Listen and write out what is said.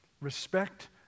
respect